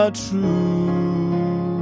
true